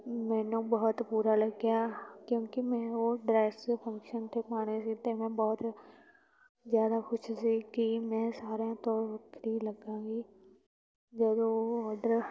ਮੈਨੂੰ ਬਹੁਤ ਬੁਰਾ ਲੱਗਿਆ ਕਿਉਂਕਿ ਮੈਂ ਉਹ ਡਰੈੱਸ ਫੰਕਸ਼ਨ 'ਤੇ ਪਾਉਣੀ ਸੀ ਅਤੇ ਮੈਂ ਬਹੁਤ ਜ਼ਿਆਦਾ ਖੁਸ਼ ਸੀ ਕਿ ਮੈਂ ਸਾਰਿਆਂ ਤੋਂ ਵੱਖਰੀ ਲੱਗਾਂਗੀ ਜਦੋਂ ਉਹ ਔਡਰ